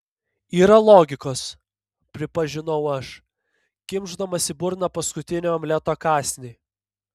yra logikos pripažinau aš kimšdamas į burną paskutinį omleto kąsnį